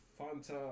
fanta